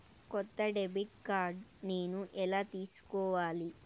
కొత్త debit card నేను ఎలా తీసుకోవాలి?